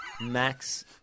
Max